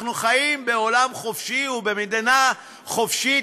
אנחנו חיים בעולם חופשי ובמדינה חופשית,